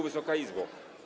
Wysoka Izbo!